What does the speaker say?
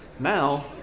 Now